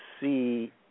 see